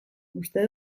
uste